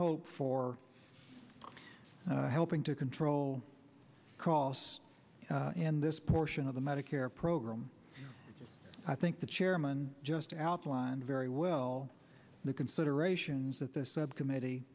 hope for helping to control costs and this portion of the medicare program i think the chairman just outlined very well the considerations that the subcommittee